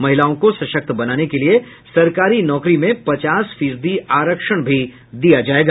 महिलाओं को सशक्त बनाने के लिये सरकारी नौकरी में पचास फीसदी आरक्षण भी दिया जायेगा